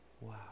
wow